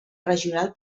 regional